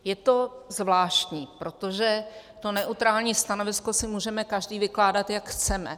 Je to zvláštní, protože to neutrální stanovisko si můžeme každý vykládat, jak chceme.